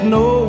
no